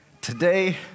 Today